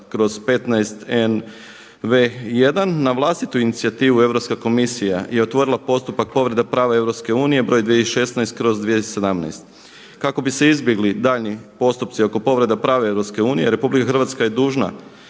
7372/15NV1 na vlastitu inicijativu Europska komisija je otvorila postupak povrede prava EU br. 2016/2017 kako bi se izbjegli daljnji postupci oko provedbe prava EU, RH je dužna